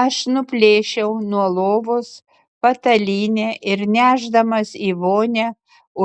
aš nuplėšiau nuo lovos patalynę ir nešdamas į vonią